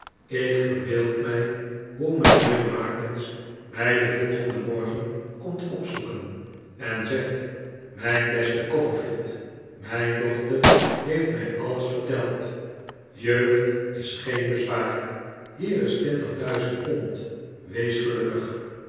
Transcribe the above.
ik verbeeld mij hoe mijnheer larkins mij den volgenden morgen komt opzoeken en zegt mijn beste copperfield mijn dochter heeft mij alles verteld jeugd is geen bezwaar hier is twintigduizend pond wees gelukkig